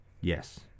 Yes